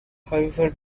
however